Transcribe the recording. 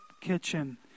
kitchen